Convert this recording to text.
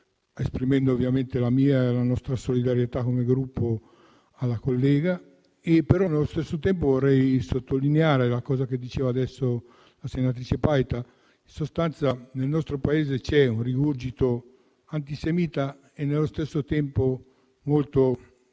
esprimendo ovviamente la nostra solidarietà come Gruppo alla collega, ma allo stesso tempo vorrei sottolineare quanto detto pocanzi dalla senatrice Paita. In sostanza, nel nostro Paese c'è un rigurgito antisemita e nello stesso tempo di